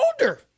older